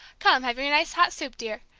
come, have your nice hot soup, dear.